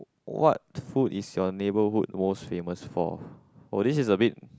what food is your neighborhood most famous for oh this is a bit